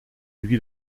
lui